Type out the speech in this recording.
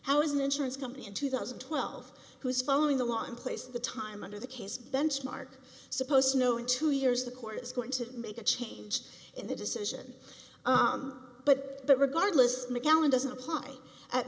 how is an insurance company in two thousand and twelve who's following the law in place the time under the case benchmark supposed to know in two years the court is going to make a change in the decision but regardless macallan doesn't apply at